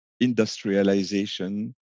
industrialization